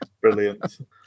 Brilliant